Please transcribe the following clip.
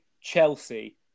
Chelsea